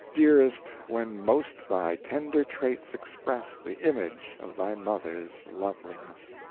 dearest when most thy tender traits express the image of thy mother's loveliness.